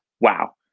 wow